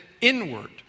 inward